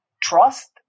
trust